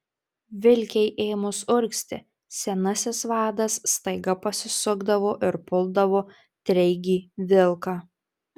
vilkei ėmus urgzti senasis vadas staiga pasisukdavo ir puldavo treigį vilką